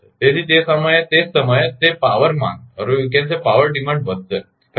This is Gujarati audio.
તેથી તે સમયે તે જ સમયે તે પાવર માંગ વધશે ખરુ ને